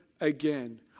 again